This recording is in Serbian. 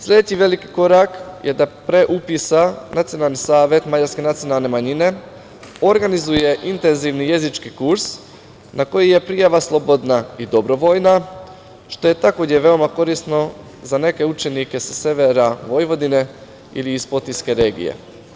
Sledeći veliki korak je da pre upisa Nacionalni savet mađarske nacionalne manjine organizuje intenzivni jezički kurs na koji je prijava slobodna i dobrovoljna, što je takođe veoma korisno za neke učenike sa severa Vojvodine ili iz Potiske regije.